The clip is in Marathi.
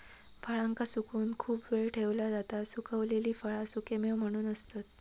फळांका सुकवून खूप वेळ ठेवला जाता सुखवलेली फळा सुखेमेवे म्हणून असतत